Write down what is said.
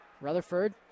Rutherford